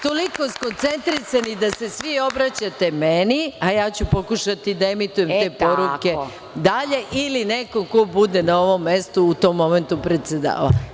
Toliko skoncentrisani da se svi obraćate meni, a ja ću pokušati da emitujem te poruke dalje ili nekom ko bude na ovom mestu u tom momentu predsedavao.